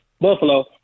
Buffalo